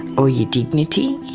but yeah dignity.